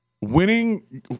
winning